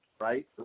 right